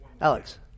Alex